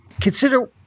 consider